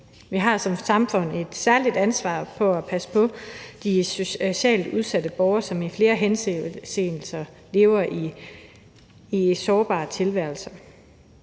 Vi har som samfund et særligt ansvar for at passe på de socialt udsatte borgere, som i flere henseender fører en sårbar tilværelse.